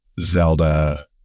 zelda